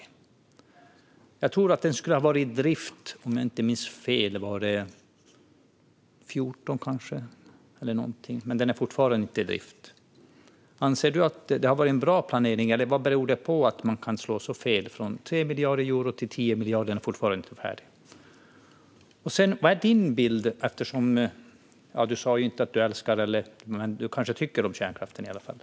Om jag inte minns fel skulle den ha varit i drift 2014 eller något sådant, men den är fortfarande inte i drift. Anser du att planeringen har varit bra, eller vad beror det på att den kan slå så fel - från 3 miljarder euro till 10 miljarder, och den är fortfarande inte färdig? Du sa visserligen inte att du älskar kärnkraften, men du kanske tycker om den i alla fall.